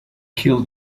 kill